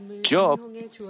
Job